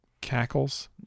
Cackles